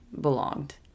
belonged